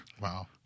Wow